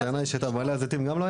הטענה היא שבמעלה הזיתים גם לא היה?